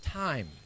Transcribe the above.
time